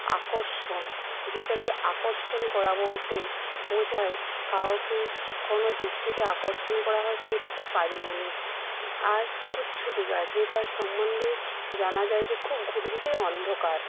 আকর্ষণ যেটাকে আকর্ষণ করা বলতে বোঝায় কাউকে কোন দৃষ্টিতে আকর্ষণ করা হচ্ছে এটা খুব বাজে জিনিস আর কুজ্ঝটিকা যেটার সম্বন্ধে যানা যায় যে খুব ঘুটঘুটে অন্ধকার